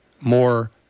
more